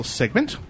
segment